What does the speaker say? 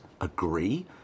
agree